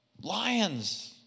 Lions